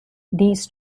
these